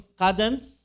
cadence